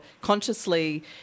consciously